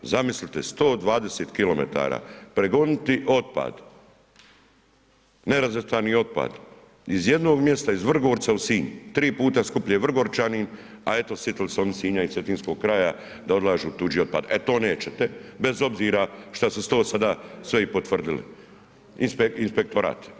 Zamislite 120 km prevoziti otpad, nerazvrstani otpad iz jednog mjesta, iz Vrgorca u Sinj, tri puta skuplje Vrgorčanima a eto, sjetili se oni Sinja i cetinskog kraja da odlažu tuđi otpad, e to nećete bez obzira što su to sada sve i potvrdili, inspektorat.